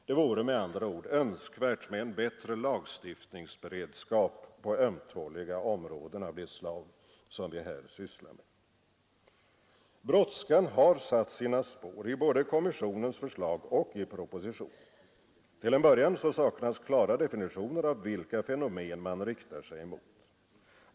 Det vore med andra ord önskvärt med en bättre lagstiftningsberedskap på ömtåliga områden av det slag som vi här sysslar med. Brådskan har satt sina spår både i kommissionens förslag och i propositionen. Till en början saknas klara definitioner av vilka fenomen man riktar sig mot.